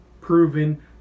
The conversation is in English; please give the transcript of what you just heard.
proven